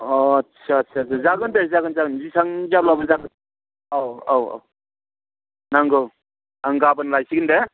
अ आदसा आदसा जागोन दे जागोन इसां जाब्लाबो जागोन औ औ औ नांगौ आं गाबोन लाइसिगोन दे